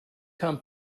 come